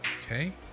Okay